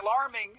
alarming